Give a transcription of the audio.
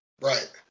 Right